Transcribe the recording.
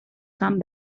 come